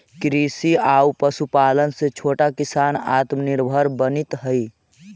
कृषि आउ पशुपालन से छोटा किसान आत्मनिर्भर बनित हइ